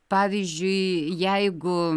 pavyzdžiui jeigu